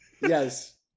Yes